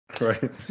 right